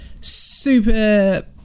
super